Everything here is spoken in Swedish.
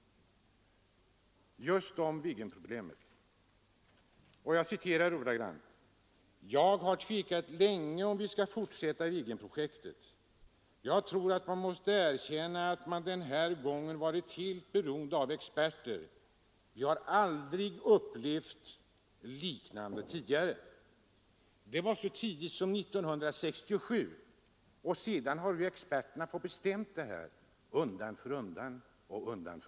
Han sade så här: ”Jag har tvekat länge om vi skall fortsätta Viggenprojektet. ——— Jag tror att man måste erkänna att man den här gången varit helt beroende av experter. Vi har aldrig upplevt något liknande tidigare.” Detta var alltså så tidigt som 1967, och sedan dess har experterna fått bestämma om de här sakerna undan för undan.